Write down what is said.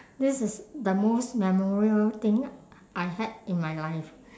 this is the most memorial thing I had in my life